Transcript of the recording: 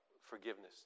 forgiveness